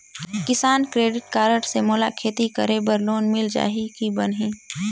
किसान credit card से मोला खेती करे बर लोन मिल जाहि की बनही??